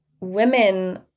women